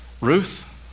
Ruth